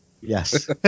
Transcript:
Yes